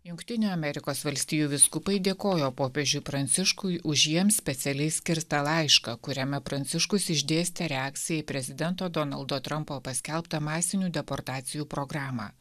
jungtinių amerikos valstijų vyskupai dėkojo popiežiui pranciškui už jiems specialiai skirtą laišką kuriame pranciškus išdėstė reakciją į prezidento donaldo trampo paskelbtą masinių deportacijų programą